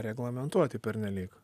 reglamentuoti pernelyg